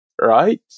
right